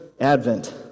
Advent